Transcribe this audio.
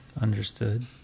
Understood